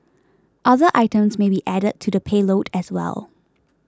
other items may be added to the payload as well